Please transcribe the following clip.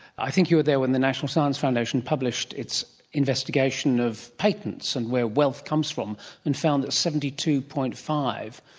i think you were there when the national science foundation published its investigation of patents and where wealth comes from and found that seventy two. five